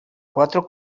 cuatro